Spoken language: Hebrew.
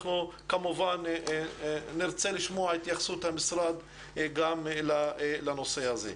אנחנו כמובן נרצה לשמוע את התייחסות המשרד לנושא הזה.